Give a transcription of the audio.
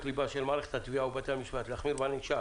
לבה של מערכת התביעה ובתי המשפט להחמיר בענישה,